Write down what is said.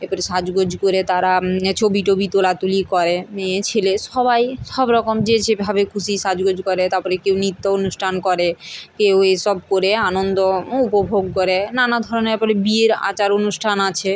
এপরে সাজগোজ করে তারা ছবি টবি তোলাতুলি করে মেয়ে ছেলে সবাই সব রকম যে যেভাবে খুশি সাজগোজ করে তারপরে কেউ নিত্য অনুষ্ঠান করে কেউ এসব করে আনন্দ উপভোগ করে নানা ধরনের পরে বিয়ের আচার অনুষ্ঠান আছে